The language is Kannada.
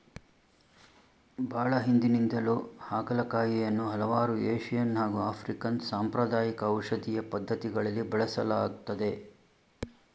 ಬಹಳ ಹಿಂದಿನಿಂದಲೂ ಹಾಗಲಕಾಯಿಯನ್ನು ಹಲವಾರು ಏಶಿಯನ್ ಹಾಗು ಆಫ್ರಿಕನ್ ಸಾಂಪ್ರದಾಯಿಕ ಔಷಧೀಯ ಪದ್ಧತಿಗಳಲ್ಲಿ ಬಳಸಲಾಗ್ತದೆ